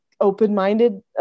open-minded